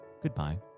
goodbye